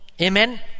Amen